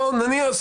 אני מסכים,